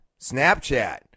snapchat